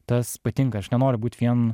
tas patinka aš nenoriu būt vien